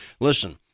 Listen